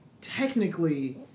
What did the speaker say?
technically